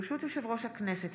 ברשות יושב-ראש הכנסת,